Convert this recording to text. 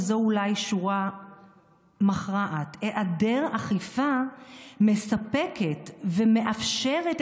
וזו אולי שורה מכרעת: "היעדר אכיפה מספקת מאפשר את